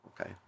Okay